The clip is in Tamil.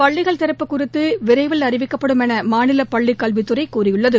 பள்ளிகள் திறப்பு குறித்து விரைவில் அறிவிக்கப்படும் என மாநில பள்ளிக்கல்வித்துறை கூறியுள்ளது